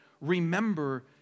remember